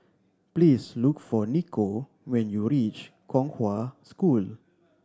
please look for Nikko when you reach Kong Hwa School